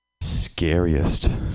Scariest